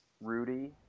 Rudy